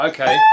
Okay